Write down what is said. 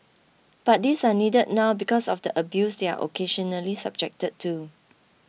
but these are needed now because of the abuse they are occasionally subjected to